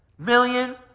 million.